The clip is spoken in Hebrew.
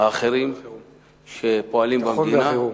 האחרים שפועלים במדינה.